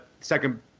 second